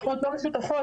המקלחות לא משותפות,